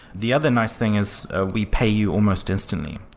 the other nice thing is ah we pay you almost instantly.